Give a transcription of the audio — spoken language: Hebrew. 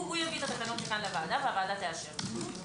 הוא יביא את התקנות לוועדה והוועדה תאשר.